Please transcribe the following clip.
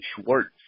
Schwartz